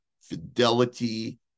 fidelity